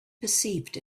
perceived